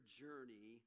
journey